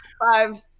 Five